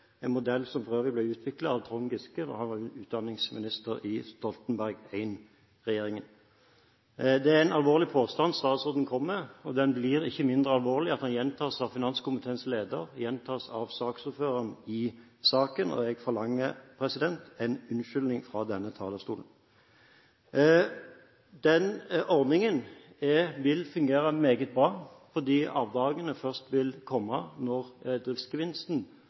en modell som for øvrig ble utviklet av Trond Giske da han var utdanningsminister i Stoltenberg I-regjeringen. Det er en alvorlig påstand statsråden kommer med, og den blir ikke mindre alvorlig ved at den gjentas av finanskomiteens leder og av saksordføreren, og jeg forlanger en unnskyldning fra denne talerstolen. Den ordningen vil fungere meget bra, fordi avdragene først vil komme når driftsgevinsten